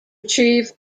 achieve